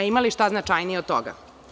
Ima li šta značajnije od toga?